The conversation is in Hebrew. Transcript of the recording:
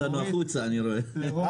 אנחנו בחוץ כבר.